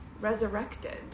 resurrected